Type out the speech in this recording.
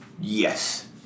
Yes